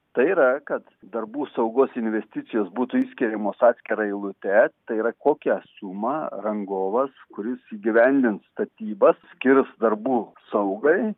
tai yra kad darbų saugos investicijos būtų išskiriamos atskira eilute tai yra kokią sumą rangovas kuris įgyvendins statybas skirs darbų saugai